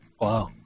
Wow